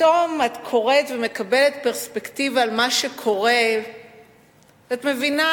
ופתאום את קוראת ומקבלת פרספקטיבה על מה שקורה ואת מבינה